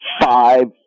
five